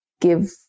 give